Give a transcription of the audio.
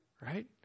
right